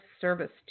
service